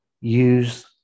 Use